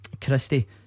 Christie